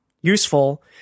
useful